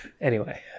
Anyway-